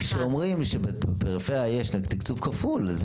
כשאומרים שבפריפריה יש תקצוב כפול,